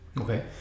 Okay